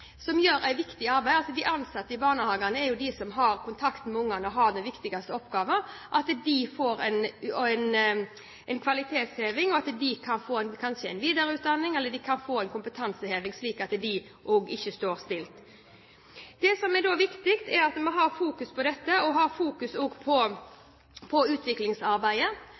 som gjør et viktig arbeid – de ansatte i barnehagene er jo de som har kontakt med ungene og har den viktigste oppgaven – får en kvalitetsheving, at de kanskje kan få videreutdanning eller en kompetanseheving, slik at heller ikke de står stille. Det er viktig at vi fokuserer på dette, og også fokuserer på utviklingsarbeidet, slik at det kommer alle til gode. Men jeg tror at det som er viktig framover nå, er å fokusere på